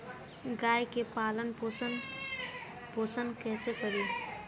गाय के पालन पोषण पोषण कैसे करी?